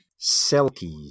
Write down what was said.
selkies